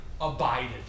abided